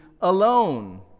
alone